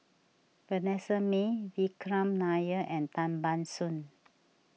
Vanessa Mae Vikram Nair and Tan Ban Soon